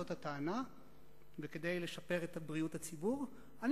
בעד, 9, נגד, אין.